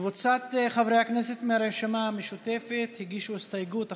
קבוצת חברי הכנסת מהרשימה המשותפת הגישו הסתייגות אחת.